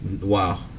wow